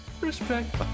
Respect